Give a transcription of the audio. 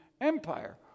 Empire